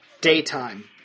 daytime